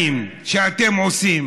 חשוב.